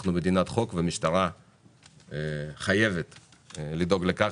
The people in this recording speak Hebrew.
אנחנו מדינת חוק והמשטרה חייבת לדאוג לכך